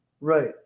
right